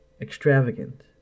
extravagant